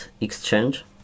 exchange